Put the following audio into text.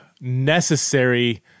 necessary